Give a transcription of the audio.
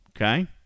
okay